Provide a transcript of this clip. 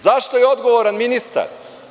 Zašto je odgovoran ministar?